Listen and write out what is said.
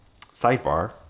sidebar